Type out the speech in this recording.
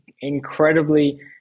incredibly